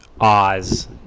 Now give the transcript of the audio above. oz